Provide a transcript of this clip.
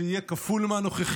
שיהיה כפול מהנוכחי,